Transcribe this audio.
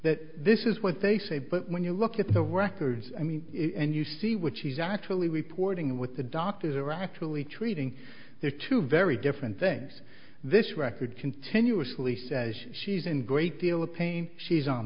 that this is what they say but when you look at the records i mean and you see what she's actually reporting what the doctors are actually treating there are two very different things this record continuously says she's in great deal of pain she's on